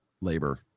labor